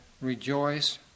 rejoice